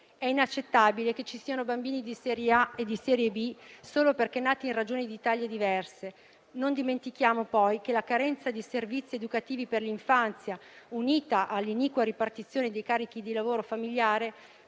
È inaccettabile che ci siano bambini di serie A e di serie B solo perché nati in Regioni d'Italia diverse. Non dimentichiamo, poi, che la carenza di servizi educativi per l'infanzia, unita all'iniqua ripartizione dei carichi di lavoro familiare,